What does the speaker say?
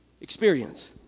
experience